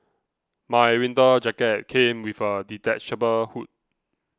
my winter jacket came with a detachable hood